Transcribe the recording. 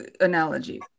analogy